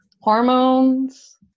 Hormones